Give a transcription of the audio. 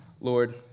Lord